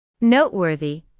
Noteworthy